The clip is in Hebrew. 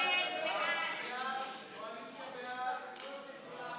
סעיף 1, כהצעת הוועדה, נתקבל.